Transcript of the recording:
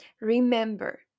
Remember